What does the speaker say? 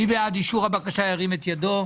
התשל"ה 1975. מי בעד אישור הבקשה ירים את ידו?